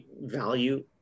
value